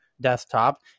desktop